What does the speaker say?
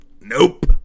nope